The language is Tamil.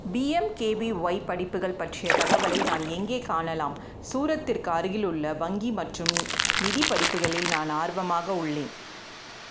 பிஎம்கேபிஒய் படிப்புகள் பற்றிய தகவலை நான் எங்கே காணலாம் சூரத்திற்க்கு அருகிலுள்ள வங்கி மற்றும் நிதி படிப்புகளில் நான் ஆர்வமாக உள்ளேன்